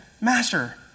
Master